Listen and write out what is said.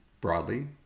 broadly